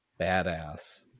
badass